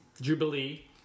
Jubilee